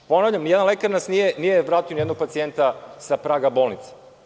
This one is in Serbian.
Ponavljam, nijedan lekar nije vratio nijednog pacijenta sa praga bolnice.